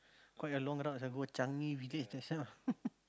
quite a long route ah go Changi Village that side ah